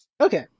Okay